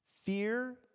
Fear